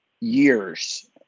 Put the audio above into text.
years